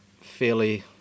fairly